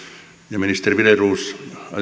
ja ministeri wideroos